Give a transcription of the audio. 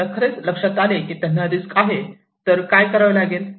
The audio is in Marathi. त्यांच्या खरेच लक्षात आले की त्यांना रिस्क आहे तर काय करावे लागेल